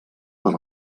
per